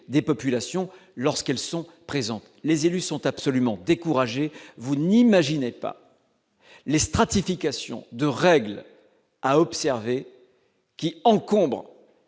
des populations lorsqu'elles sont présentes, les élus sont absolument décourager, vous n'imaginez pas les stratifications de règles à observer qui encombrent